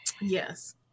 yes